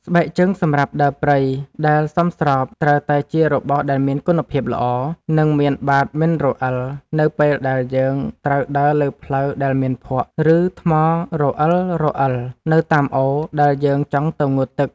ស្បែកជើងសម្រាប់ដើរព្រៃដែលសមស្របត្រូវតែជារបស់ដែលមានគុណភាពល្អ និង មានបាតមិនរអិលនៅពេលដែលយើងត្រូវដើរលើផ្លូវដែលមានភក់ ឬ ថ្មរអិលៗនៅតាមអូរដែលយើងចង់ទៅងូតទឹក។